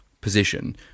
position